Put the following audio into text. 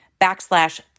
backslash